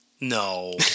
No